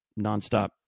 nonstop